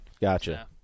Gotcha